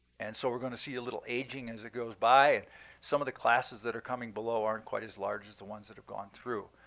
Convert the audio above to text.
and so we're going to see a little aging as it goes by, and some of the classes that are coming below aren't quite as large as the ones that have gone through.